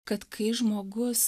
kad kai žmogus